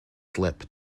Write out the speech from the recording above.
slip